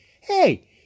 Hey